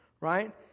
right